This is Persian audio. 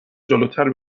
جلوتر